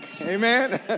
Amen